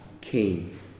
came